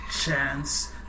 chance